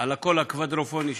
על הקול הקוואדרופוני שלך,